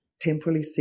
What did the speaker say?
temporally